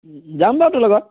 যাম দে তোৰ লগত